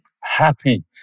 happy